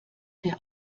der